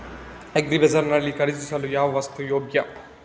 Agri bazaar ನಲ್ಲಿ ಖರೀದಿಸಲು ಯಾವ ವಸ್ತು ಯೋಗ್ಯ?